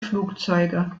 flugzeuge